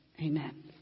Amen